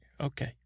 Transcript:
Okay